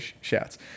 shouts